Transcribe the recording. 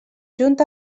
junt